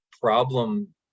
problem